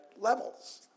levels